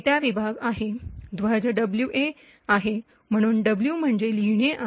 data विभाग आहे ध्वज डब्ल्यूए आहे म्हणून डब्ल्यू म्हणजे लिहिण आहे